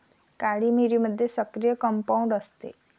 काळी मिरीमध्ये सक्रिय कंपाऊंड असते